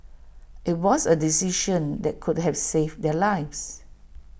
IT was A decision that could have saved their lives